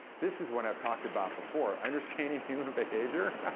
this is what i've talked about before understanding human behavior.